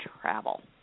travel